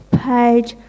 page